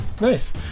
Nice